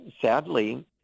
sadly